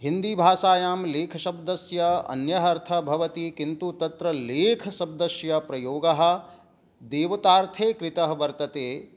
हिन्दीभाषायां लेखशब्दस्य अन्यः अर्थः भवति किन्तु तत्र लेखशब्दस्य प्रयोगः देवतार्थे कृतः वर्तते